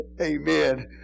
Amen